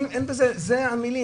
זה המילים,